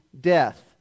death